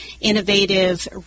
innovative